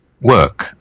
work